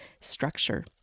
structure